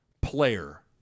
player